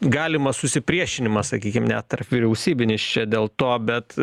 galimas susipriešinimas sakykim ne tarpvyriausybinis čia dėl to bet